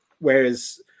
Whereas